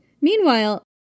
Meanwhile